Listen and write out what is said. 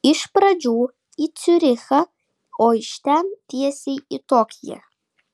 iš pradžių į ciurichą o iš ten tiesiai į tokiją